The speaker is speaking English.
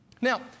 Now